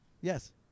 yes